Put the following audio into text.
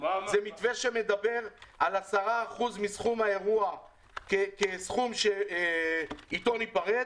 שמדבר על 10% מסכום האירוע כסכום שאיתו ניפרד.